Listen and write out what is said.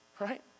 right